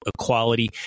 Equality